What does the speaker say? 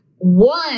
one